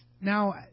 now